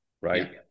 right